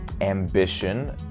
ambition